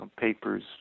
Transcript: papers